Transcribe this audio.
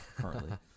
currently